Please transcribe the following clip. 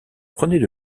prenaient